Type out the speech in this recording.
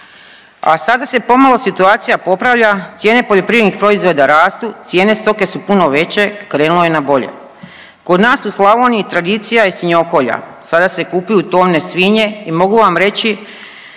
a sada se pomalo situacija popravlja, cijene poljoprivrednih proizvoda rastu, cijene stoke su puno veće, krenule na bolje. Kod nas u Slavoniji tradicija je svinjokolja, sada se kupuju tone svinje i mogu vam reći